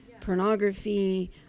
pornography